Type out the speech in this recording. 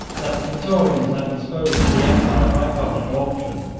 that the praetorians had disposed of the empire by public auction